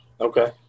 okay